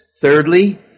Thirdly